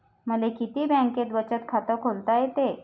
मले किती बँकेत बचत खात खोलता येते?